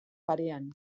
parean